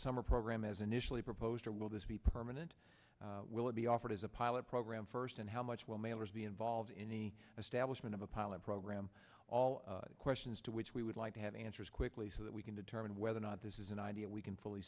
summer program as initially proposed or will this be permanent will it be offered as a pilot program first and how much will mailers be involved in the establishment of a pilot program all questions to which we would like to have answers quickly so that we can determine whether or not this is an idea we can fully